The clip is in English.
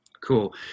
cool